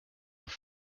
have